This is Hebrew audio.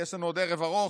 יש לנו עוד ערב ארוך,